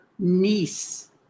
Niece